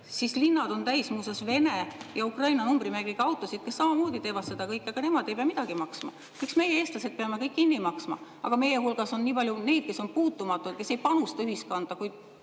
siis linnad on täis Vene ja Ukraina numbrimärgiga autosid, kes samamoodi teevad seda kõike, aga nemad ei pea midagi maksma. Miks meie, eestlased, peame kõik kinni maksma? Meie hulgas on nii palju neid, kes on puutumatud ja kes ei panusta ühiskonda, kuid